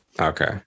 okay